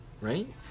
right